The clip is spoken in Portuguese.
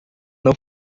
não